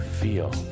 feel